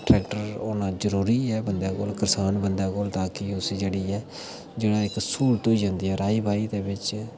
tractor होना जरूरी ऐ बंदे कोल करसान बंदे कोल तां कि उसी जेह्ड़ी ऐ जेह्ड़ी इक स्हूलत होई जंदी ऐ राही बाही दे बिच्च